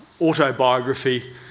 autobiography